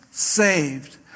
Saved